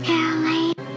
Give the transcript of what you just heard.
Caroline